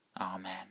Amen